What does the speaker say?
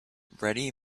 ready